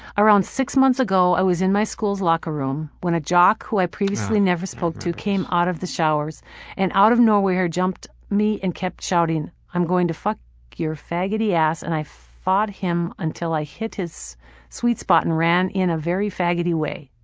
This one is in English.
around six months ago i was in my school's locker room when a jock who i never previously spoke to came out of the showers and out of nowhere jumped me and kept shouting, i'm going to fuck your faggoty ass and i fought him until i hit his sweet spot and ran in a very faggoty way.